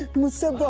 mr. but